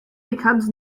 becomes